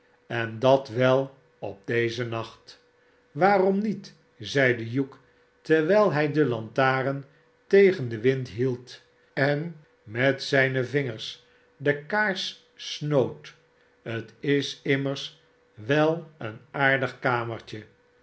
en dat wel op dezen nacht waarom niet zeide hugh terwijl hij de lantaren tegen den wind hield en met zijne vingers de kaars snoot t is immers wel een aardig kamertje